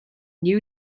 new